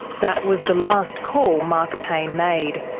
that was the last call mark payne made.